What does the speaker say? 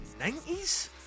90s